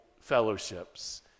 fellowships